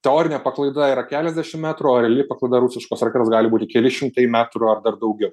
teorinė paklaida yra keliasdešim metrų o reali paklaida rusiškos raketos gali būti keli šimtai metrų ar dar daugiau